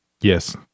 Yes